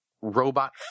robot